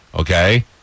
Okay